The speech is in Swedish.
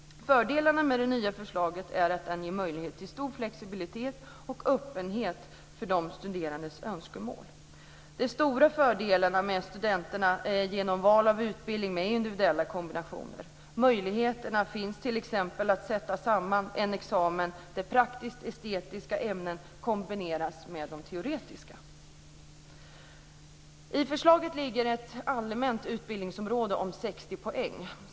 Fördelarna med det nya förslaget är att det ger möjlighet till stor flexibilitet och öppenhet för de studerandes önskemål. Det ger stora fördelar för studenterna, som kan välja utbildning med individuella kombinationer. Möjlighet finns t.ex. att sätta samman en examen där praktiskt estetiska ämnen kombineras med teoretiska. 60 poäng.